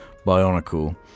Bionicle